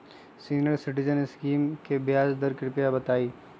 senior citizen scheme के ब्याज दर कृपया बताईं